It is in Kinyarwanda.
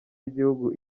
y’igihugu